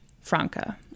Franca